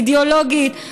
אידיאולוגית.